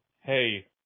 Hey